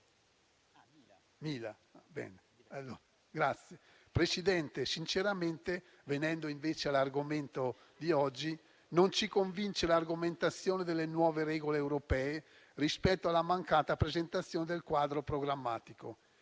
Presidente, sinceramente, venendo invece all'argomento di oggi, non ci convince l'argomentazione delle nuove regole europee rispetto alla mancata presentazione del quadro programmatico.